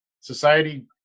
society